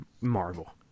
Marvel